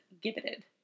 gibbeted